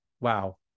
wow